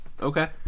Okay